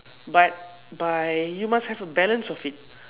but by you must have a balance of it